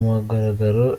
mugaragaro